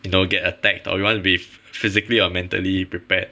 you know get attacked or you want to be physically or mentally prepared